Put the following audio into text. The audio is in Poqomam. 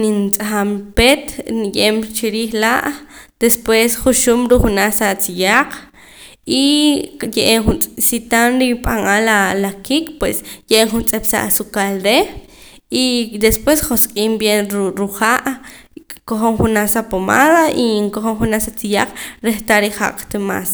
nin tz'ajam peet niye'eem chiriij laa' después juxum ruu' jenaj sa tziyaq y ye'eem juntz' si tan ripa'ah la kik' pues ye'em juntz'ep sa asukal reh y después josq'iim bien ru' ruu' ha' kojom jenaj sa pomada y nkojom junaj sa tziyaq reh tah rijaq ta mas